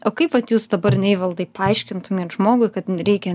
o kaip vat jūs dabar neivaldai paaiškintumėt žmogui kad reikia